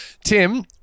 Tim